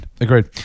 Agreed